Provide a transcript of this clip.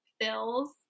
fills